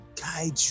guide